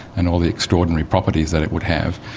and all the extraordinary properties that it would have.